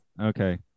Okay